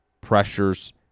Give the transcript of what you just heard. pressures